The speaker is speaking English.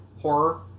horror